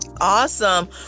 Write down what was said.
awesome